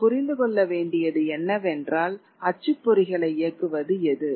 நாம் புரிந்து கொள்ள வேண்டியது என்னவென்றால் அச்சுப்பொறிகளை இயக்குவது எது